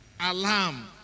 alarm